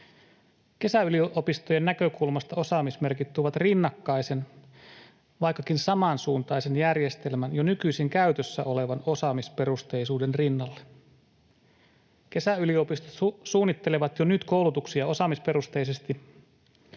Kesäyliopistojen näkökulmasta osaamismerkit tuovat rinnakkaisen, vaikkakin samansuuntaisen järjestelmän jo nykyisin käytössä olevan osaamisperusteisuuden rinnalle. Kesäyliopistot suunnittelevat jo nyt koulutuksia osaamisperusteisesti,